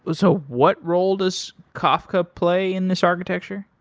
but so what role does kafka play in this architecture?